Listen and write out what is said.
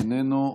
איננו.